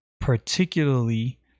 particularly